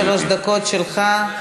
שלוש דקות שלך.